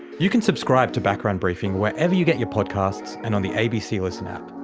you can subscribe to background briefing wherever you get your podcasts, and on the abc listen app.